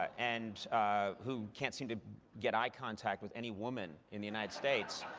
and who can't seem to get eye contact with any woman in the united states.